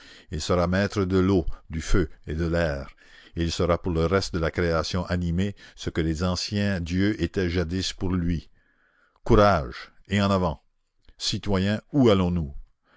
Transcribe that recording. il sera maître de l'eau du feu et de l'air et il sera pour le reste de la création animée ce que les anciens dieux étaient jadis pour lui courage et en avant citoyens où allons-nous